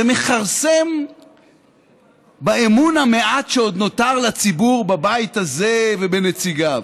זה מכרסם באמון המועט שעוד נותר לציבור בבית הזה ובנציגיו.